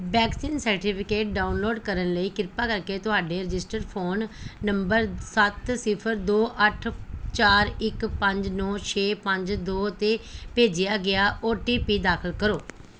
vaccine certificate download ਕਰਨ ਲਈ ਕਿਰਪਾ ਕਰਕੇ ਤੁਹਾਡੇ ਰਜਿਸਟਰਡ ਫ਼ੋਨ ਨੰਬਰ ਸੱਤ ਸਿਫਰ ਦੋ ਅੱਠ ਚਾਰ ਇੱਕ ਪੰਜ ਨੌਂ ਛੇ ਪੰਜ ਦੋ ਤੇ ਭੇਜਿਆ ਗਿਆ ਓ ਟੀ ਪੀ ਦਾਖਲ ਕਰੋ